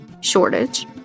shortage